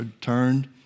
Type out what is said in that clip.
turned